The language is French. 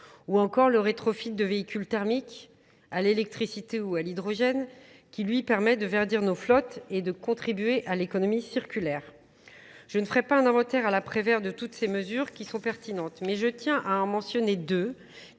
ou encore le rétrophite de véhicules thermiques à l'électricité ou à l'hydrogène qui lui permet de verdir nos flottes et de contribuer à l'économie circulaire. Je ne ferai pas un embouteil à la prévère de toutes ces mesures qui sont pertinentes, mais je tiens à en mentionner deux